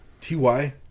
Ty